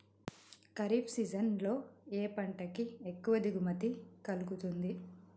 Kharif season లో ఏ పంట కి ఎక్కువ దిగుమతి కలుగుతుంది?